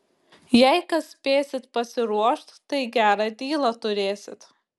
jei kas spėsit pasiruošt tai gerą dylą turėsit